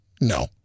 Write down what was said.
No